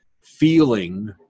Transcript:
feeling